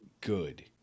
good